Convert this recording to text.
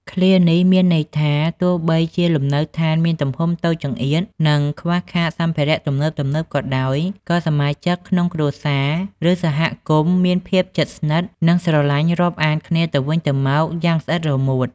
ឃ្លានេះមានន័យថា ទោះបីជាលំនៅឋានមានទំហំតូចចង្អៀត និងខ្វះខាតសម្ភារៈទំនើបៗក៏ដោយ ក៏សមាជិកក្នុងគ្រួសារ ឬសហគមន៍មានភាពជិតស្និទ្ធ និងស្រឡាញ់រាប់អានគ្នាទៅវិញទៅមកយ៉ាងស្អិតរមួត។